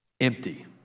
Empty